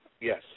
Yes